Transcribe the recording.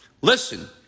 Listen